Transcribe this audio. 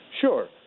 Sure